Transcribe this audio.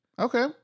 Okay